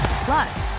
Plus